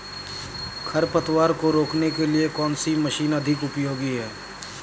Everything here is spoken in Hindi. खरपतवार को रोकने के लिए कौन सी मशीन अधिक उपयोगी है?